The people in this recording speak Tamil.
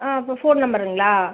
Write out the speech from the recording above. ஆ அப்போ ஃபோன் நம்பருங்களா